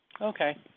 Okay